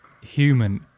human